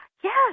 Yes